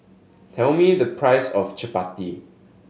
tell me the price of chappati